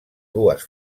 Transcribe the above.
dues